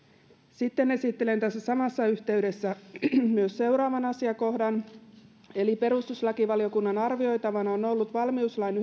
sitten esittelen tässä samassa yhteydessä myös seuraavan asiakohdan perustuslakivaliokunnan arvioitavana on ollut valmiuslain